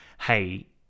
hey